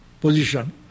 position